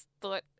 thought